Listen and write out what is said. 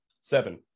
Seven